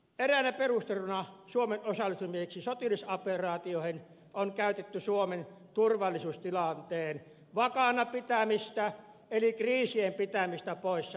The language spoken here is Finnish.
eräänä perusteluna suomen osallistumiseksi sotilasoperaatioihin on käytetty suomen turvallisuustilanteen vakaana pitämistä eli kriisien pitämistä poissa euroopasta